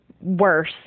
worse